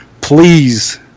please